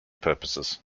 purposes